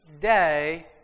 day